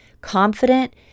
Confident